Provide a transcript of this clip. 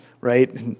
right